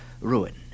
ruin